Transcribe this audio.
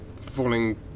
falling